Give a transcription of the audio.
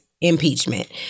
impeachment